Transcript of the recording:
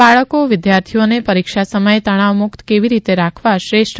બાળકો વિદ્યાર્થીઓને પરીક્ષા સમયે તણાવ મુક્ત કેવી રીતે રાખવા શ્રેષ્ઠ